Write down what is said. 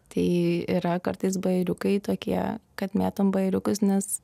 tai yra kartais bajeriukai tokie kad mėtom bajeriukus nes